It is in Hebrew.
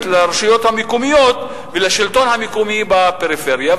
לרשויות המקומיות ולשלטון המקומי בפריפריה,